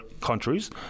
countries